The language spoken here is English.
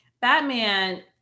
Batman